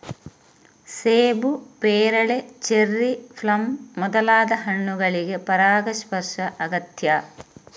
ಸೇಬು, ಪೇರಳೆ, cherry, plum ಮೊದಲಾದ ಹಣ್ಣುಗಳಿಗೆ ಪರಾಗಸ್ಪರ್ಶ ಅಗತ್ಯ